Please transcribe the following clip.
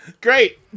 Great